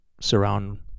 surround